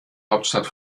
hauptstadt